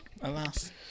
alas